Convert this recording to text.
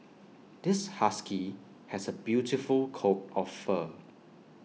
this husky has A beautiful coat of fur